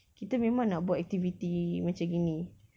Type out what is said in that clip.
kita memang nak buat activity macam gini